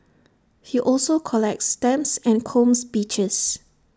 he also collects stamps and combs beaches